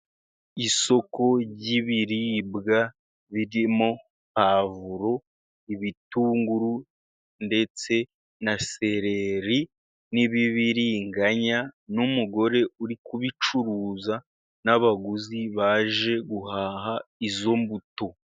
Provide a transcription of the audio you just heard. Isoko ry'ibiribiribwa birimo pavuro, ibitunguru ndetse na sereri n'ibibiriganya, n'umugore uri kubicuruza n'abaguzi, baje guhaha izo mbuto.